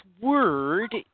word –